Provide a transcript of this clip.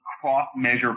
cross-measure